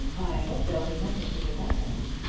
i hope there'll be nothing to prevent us.